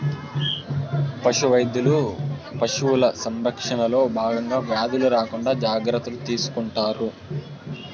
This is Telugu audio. పశు వైద్యులు పశువుల సంరక్షణలో భాగంగా వ్యాధులు రాకుండా జాగ్రత్తలు తీసుకుంటారు